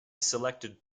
selected